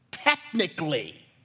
Technically